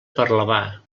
parlavà